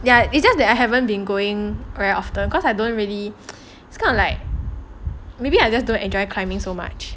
ya it's just that I haven't been going very often cause I don't really it's kind of like maybe I just don't enjoy climbing so much